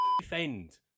defend